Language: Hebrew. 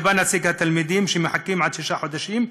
ובא נציג התלמידים שמחכים עד שישה חודשים,